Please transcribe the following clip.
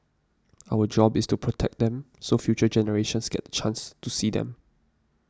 our job is to protect them so future generations get chance to see them